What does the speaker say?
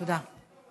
תודה.